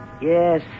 Yes